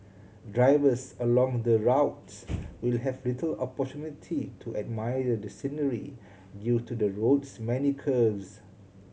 drivers along the route will have little opportunity to admire the scenery due to the road's many curves